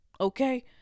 Okay